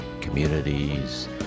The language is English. communities